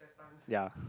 ya